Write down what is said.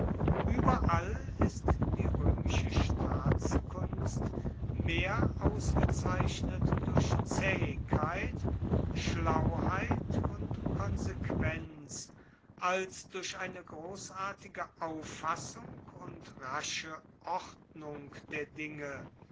ueberall ist die roemische staatskunst mehr ausgezeichnet durch zaehigkeit schlauheit und konsequenz als durch eine grossartige auffassung und rasche ordnung der dinge